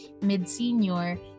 mid-senior